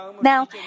Now